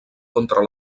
contra